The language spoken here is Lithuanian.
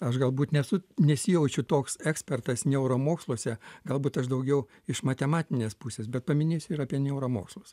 aš galbūt nesu nesijaučiu toks ekspertas neuromoksluose galbūt aš daugiau iš matematinės pusės bet paminėsiu ir apie neuromokslus